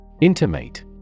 intimate